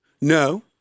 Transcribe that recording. No